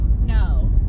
no